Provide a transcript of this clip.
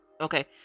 okay